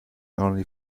only